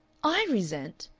i resent!